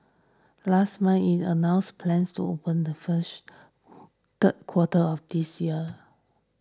last month it announced plans to open the first the quarter of this year